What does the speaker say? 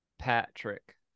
Patrick